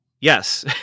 Yes